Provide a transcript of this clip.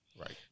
Right